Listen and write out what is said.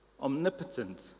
omnipotent